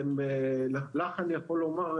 לך אני יכול לומר,